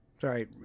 Sorry